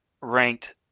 ranked